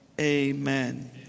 Amen